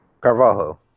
Carvalho